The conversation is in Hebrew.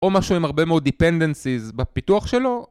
או משהו עם הרבה מאוד dependencies בפיתוח שלו